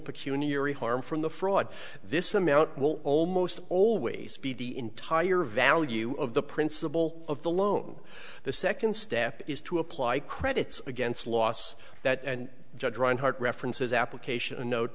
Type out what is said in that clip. peculiarly harm from the fraud this amount will almost always be the entire value of the principal of the loan the second step is to apply credits against loss that and judge reinhardt references application a note